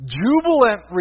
jubilant